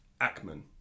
Ackman